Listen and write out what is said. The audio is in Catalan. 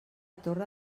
torre